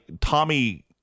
Tommy